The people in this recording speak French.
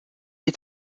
est